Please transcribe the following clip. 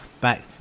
back